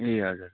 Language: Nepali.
ए हजुर